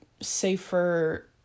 safer